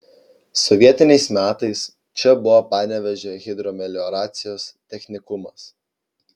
sovietiniais metais čia buvo panevėžio hidromelioracijos technikumas